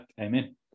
amen